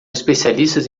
especialistas